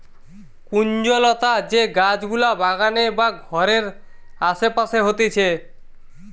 কুঞ্জলতা যে গাছ গুলা বাগানে বা ঘরের আসে পাশে হতিছে